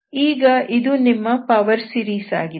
ಈಗ ಇದು ನಿಮ್ಮ ಪವರ್ ಸೀರೀಸ್ ಆಗಿದೆ